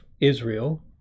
Israel